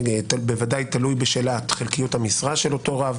ובוודאי תלוי בשאלת חלקיות המשרה של אותו רב.